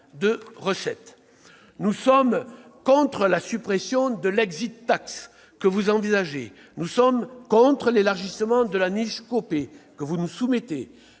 de recettes. Nous sommes contre la suppression de l', que vous envisagez. Nous sommes contre l'élargissement de la « niche Copé », que vous nous soumettez.